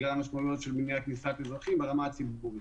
של מניעת כניסת אזרחים ברמה הציבורית.